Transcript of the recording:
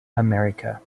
america